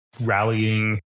rallying